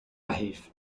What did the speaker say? hilft